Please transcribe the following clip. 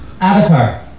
Avatar